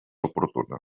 oportuna